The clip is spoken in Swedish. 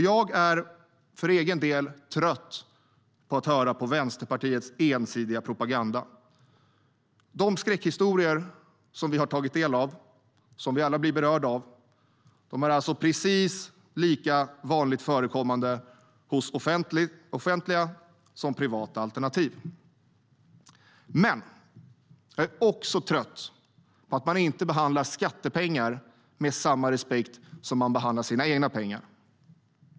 Jag är för egen del trött på att höra Vänsterpartiets ensidiga propaganda. De skräckhistorier som vi har tagit del av, och som vi alla blir berörda av, är precis lika vanligt förekommande hos både offentliga och privata alternativ. Jag är också trött på att man inte behandlar skattepengar med samma respekt som man behandlar sina egna pengar.